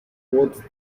what